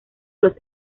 los